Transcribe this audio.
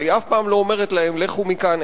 אבל היא אף פעם לא אומרת להם: לכו מכאן,